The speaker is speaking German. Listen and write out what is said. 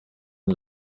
den